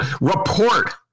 report